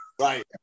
Right